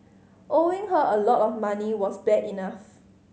owing her a lot of money was bad enough